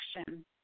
action